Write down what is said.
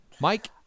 Mike